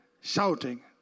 shouting